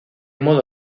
modo